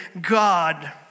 God